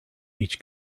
each